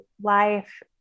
life